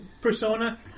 persona